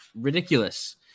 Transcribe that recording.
ridiculous